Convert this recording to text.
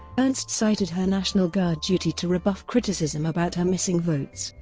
ernst cited her national guard duty to rebuff criticism about her missing votes,